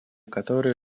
которые